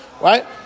Right